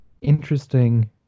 interesting